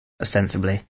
ostensibly